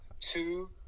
two